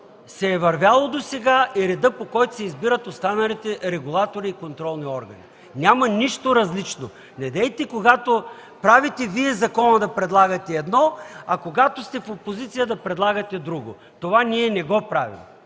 се е вървяло досега, и редът, по който се избират останалите регулатори и контролни органи. Няма нищо различно. Недейте, когато правите Вие закона да предлагате едно, а когато сте в опозиция да предлагате друго. Това ние не го правим.